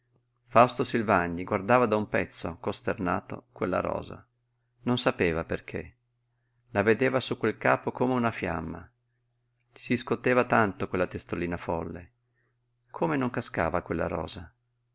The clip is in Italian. fausto silvagni guardava da un pezzo costernato quella rosa non sapeva perché la vedeva su quel capo come una fiamma si scoteva tanto quella testolina folle come non cascava quella rosa